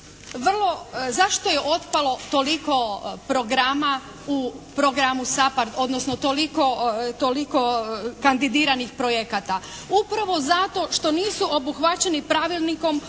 zašto je otpalo toliko programa u programu SAPARD odnosno toliko kandidiranih projekata? Upravo zato što nisu obuhvaćeni Pravilnikom